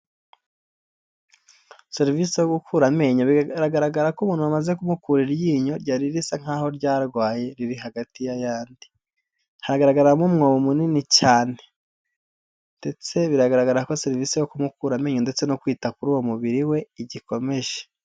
Serivisi yo gukura amenyo, bigaragara ko umuntu bamaze kumukura iryinyo ryari risa nk'aho ryarwaye riri hagati y'ayandi, hagaragaramo umwobo munini cyane ndetse biragaragara ko serivisi yo kumukura amenyo ndetse no kwita kuri uwo mubiri we igikomeje.